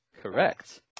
Correct